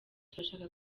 turashaka